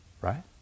Right